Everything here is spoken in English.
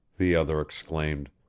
the other exclaimed.